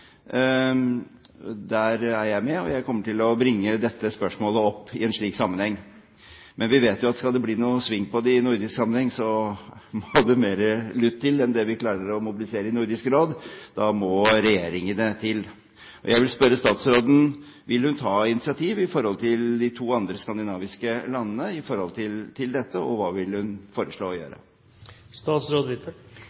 Der er jeg med, og jeg kommer til å bringe dette spørsmålet opp i en slik sammenheng. Men vi vet jo at skal det bli sving på det i nordisk sammenheng, må det mer lut til enn det vi klarer å mobilisere i Nordisk Råd. Da må regjeringene til. Jeg vil spørre statsråden: Vil hun ta initiativ overfor de to andre skandinaviske landene i forhold til dette? Og hva vil hun foreslå å